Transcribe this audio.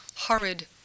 horrid